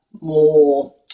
more